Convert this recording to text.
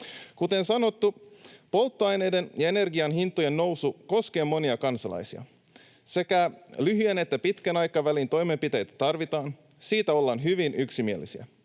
Kuten sanottu, polttoaineiden ja energian hintojen nousu koskee monia kansalaisia, ja sekä lyhyen että pitkän aikavälin toimenpiteitä tarvitaan — siitä ollaan hyvin yksimielisiä.